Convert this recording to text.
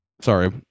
Sorry